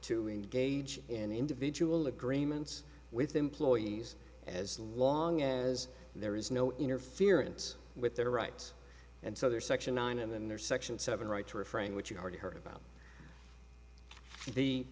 to engage in individual agreements with employees as long as there is no interference with their rights and so there's section nine and then there's section seven right to refrain which you've already heard about the